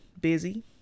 busy